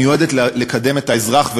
היא מיועדת לקדם את האזרח,